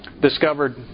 discovered